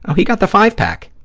he got the five-pack.